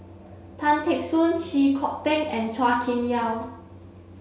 Tan Teck Soon Chee Kong Tet and Chua Kim Yeow